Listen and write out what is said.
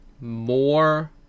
more